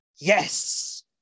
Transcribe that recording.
yes